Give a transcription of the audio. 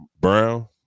Brown